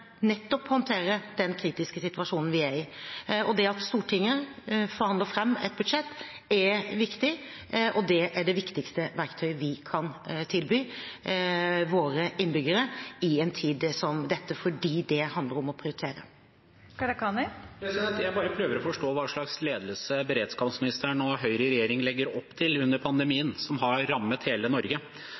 nettopp å kunne håndtere den kritiske situasjonen vi er i. Det at Stortinget forhandler fram et budsjett, er viktig, og det er det viktigste verktøyet vi kan tilby våre innbyggere i en tid som dette, fordi det handler om å prioritere. Jeg bare prøver å forstå hva slags ledelse beredskapsministeren og Høyre i regjering legger opp til under pandemien, som har rammet hele Norge.